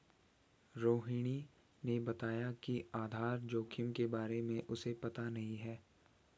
रोहिणी ने बताया कि आधार जोखिम के बारे में उसे पता नहीं है